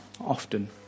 often